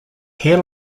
hair